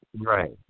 Right